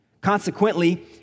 Consequently